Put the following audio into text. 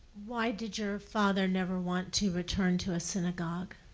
why did your father never want to return to a synagogue?